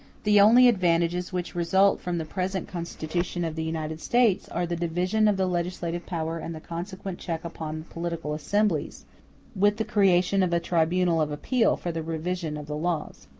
the only advantages which result from the present constitution of the united states are the division of the legislative power and the consequent check upon political assemblies with the creation of a tribunal of appeal for the revision of the laws.